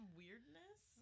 weirdness